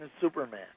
Superman